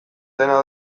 dena